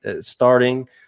starting